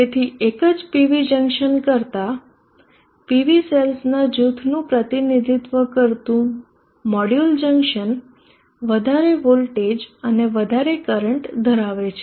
તેથી એક જ PV જંકશન કરતા PV સેલ્સના જૂથનું પ્રતિનિધિત્વ કરતું મોડ્યુલ જંકશન વધારે વોલ્ટેજ અને કરંટ ધરાવે છે